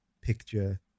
picture